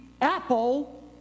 apple